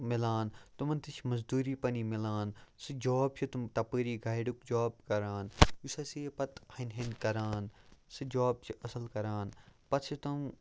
مِلان تِمَن تہِ چھِ مٔزدوٗری پَنٛنی مِلان سُہ جاب چھِ تِم تَپٲری گایڈُک جاب کَران یُس ہَسا یہِ پَتہٕ ہَنہِ ہَنہِ کَران سُہ جاب چھِ اَصٕل کَران پَتہٕ چھِ تِم